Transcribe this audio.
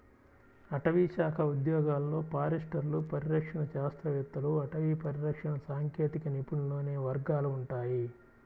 అటవీశాఖ ఉద్యోగాలలో ఫారెస్టర్లు, పరిరక్షణ శాస్త్రవేత్తలు, అటవీ పరిరక్షణ సాంకేతిక నిపుణులు అనే వర్గాలు ఉంటాయి